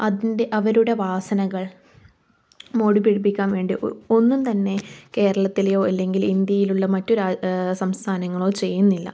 അതിൻ്റെ അവരുടെ വാസനകൾ മോഡി പിടിപ്പിക്കാൻ വേണ്ടി ഒ ഒന്നും തന്നെ കേരളത്തിലെയോ അല്ലെങ്കിൽ ഇന്ത്യയിലുള്ള മറ്റു രാ സംസ്ഥാനങ്ങളോ ചെയ്യുന്നില്ല